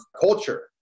culture